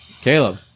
Caleb